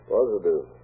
Positive